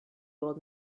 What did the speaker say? old